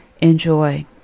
Enjoy